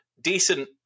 decent